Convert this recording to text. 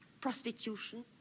prostitution